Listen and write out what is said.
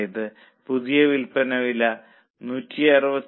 അതായത് പുതിയ വിൽപ്പന വില 167